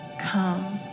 come